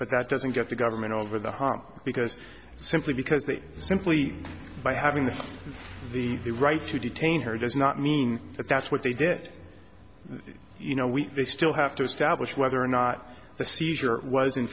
but that doesn't get the government over the hump because simply because they simply by having this the right to detain her does not mean that that's what they did you know we still have to establish whether or not the seizure was in